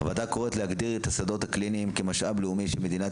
הוועדה קוראת להגדיר את השדות הקליניים כמשאב לאומי של מדינת